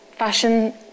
fashion